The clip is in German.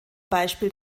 beispiel